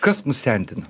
kas mus sendina